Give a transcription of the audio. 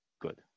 good